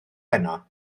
heno